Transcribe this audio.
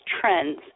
trends